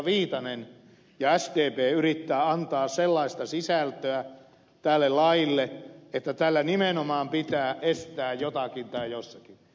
viitanen ja sdp yrittävät antaa sellaista sisältöä tälle laille että tällä nimenomaan pitää estää jotakin tai jossakin